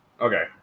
Okay